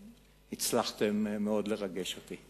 והצלחתם מאוד לרגש אותי.